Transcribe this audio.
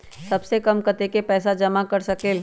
सबसे कम कतेक पैसा जमा कर सकेल?